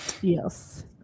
Yes